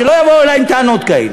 שלא יבואו אלי עם טענות כאלה,